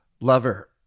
lover